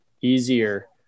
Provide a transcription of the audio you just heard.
easier